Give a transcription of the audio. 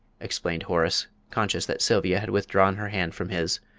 explained horace, conscious that sylvia had withdrawn her hand from his,